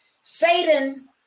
Satan